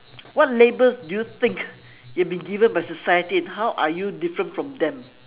what labels do you think you've been given by society and how are you different from them